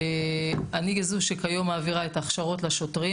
אני זו שכיום מעבירה את ההכשרות לשוטרים,